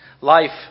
life